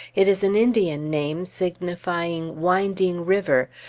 it is an indian name signifying winding river,